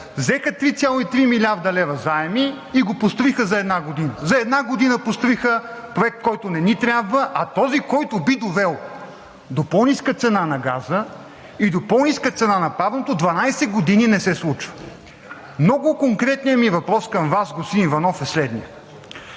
заеми 3,3 млрд. лв. и го построиха за една година. За една година построиха проект, който не ни трябва, а този, който би довел до по-ниска цена на газа и до по-ниска цена на парното, 12 години не се случва! Много конкретният ми въпрос към Вас, господин Иванов, е следният: